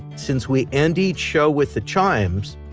since we and each show with the chimes,